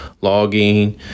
Logging